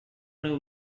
new